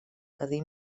cadí